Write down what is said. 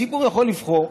הציבור יכול לבחור.